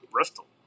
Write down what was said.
Bristol